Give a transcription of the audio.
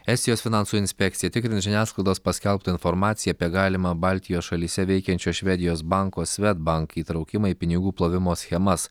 estijos finansų inspekcija tikrins žiniasklaidos paskelbtą informaciją apie galimą baltijos šalyse veikiančio švedijos banko svedbank įtraukimą į pinigų plovimo schemas